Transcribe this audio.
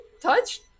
touch